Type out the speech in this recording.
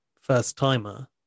first-timer